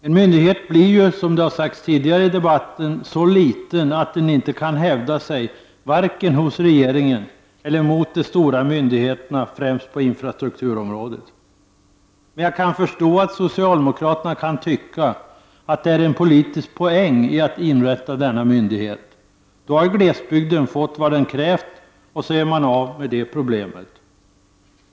En myndighet blir ju, som det har sagts tidigare i debatten, så liten att den inte kan hävda sig vare sig hos regeringen eller mot de stora myndigheterna, främst på infrastrukturområdet. Men jag kan förstå att socialdemokraterna kan tycka att det ligger en politisk poäng i att inrätta denna myndighet. Då har glesbygden fått vad den krävt, och så är man av med det problemet.